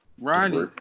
Ronnie